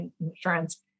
insurance